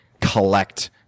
collect